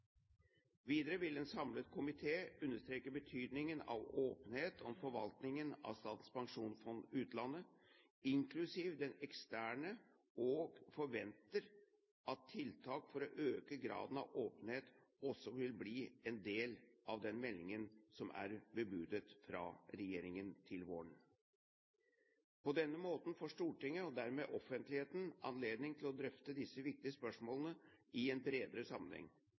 Videre vil en samlet komité understreke betydningen av åpenhet om forvaltningen av Statens pensjonsfond utland, inklusiv den eksterne, og forventer at tiltak for å øke graden av åpenhet også vil bli en del av den meldingen som er bebudet fra regjeringen til våren. På denne måten får Stortinget og dermed offentligheten anledning til å drøfte disse viktige spørsmålene i en bredere sammenheng.